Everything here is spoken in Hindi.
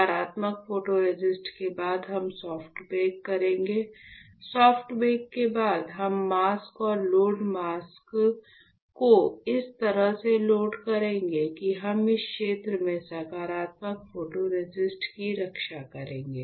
सकारात्मक फोटोरेसिस्ट के बाद हम सॉफ्ट बेक करेंगे सॉफ्ट बेक के बाद हम मास्क और लोड मास्क को इस तरह से लोड करेंगे कि हम इस क्षेत्र में सकारात्मक फोटोरेसिस्ट की रक्षा करेंगे